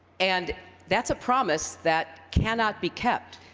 and that's a promise that cannot be kept,